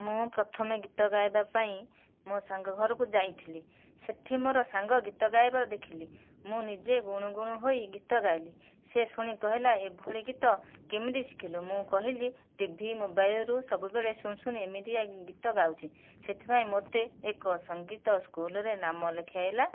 ମୁଁ ପ୍ରଥମେ ଗୀତ ଗାଇବା ପାଇଁ ମୋ ସାଙ୍ଗ ଘରକୁ ଯାଇଥିଲି ସେଠି ମୋର ସାଙ୍ଗ ଗୀତ ଗାଇବାର ଦେଖିଲି ମୁଁ ନିଜେ ଗୁଣୁଗୁଣୁ ହୋଇ ଗୀତ ଗାଇଲି ସେ ଶୁଣି କହିଲା ସେ ଶୁଣି କହିଲା ଏଭଳି ଗୀତ କେମିତି ଶିଖୁଲୁ ମୁଁ କହିଲି ଟିଭି ମୋବାଇଲରୁ ସବୁବେଳେ ଶୁଣି ଶୁଣି ଏମିତିଆ ଗୀତ ଗାଉଛି ସେଥିପାଇଁ ମୋତେ ଏକ ସଙ୍ଗୀତ ସ୍କୁଲରେ ନାମ ଲେଖାଇଲା